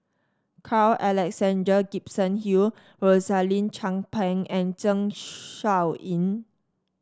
Carl Alexander Gibson Hill Rosaline Chan Pang and Zeng Shouyin